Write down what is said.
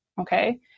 Okay